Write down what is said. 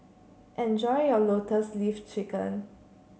enjoy your Lotus Leaf Chicken